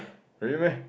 really meh